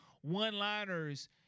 one-liners